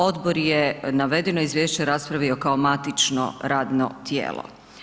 Odbor je navedeno izvješće raspravio kao matično radno tijelo.